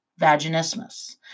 vaginismus